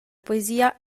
poesia